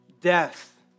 death